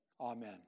amen